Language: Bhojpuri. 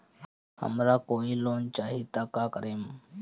हमरा कोई लोन चाही त का करेम?